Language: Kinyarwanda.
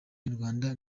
nyarwanda